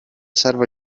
serva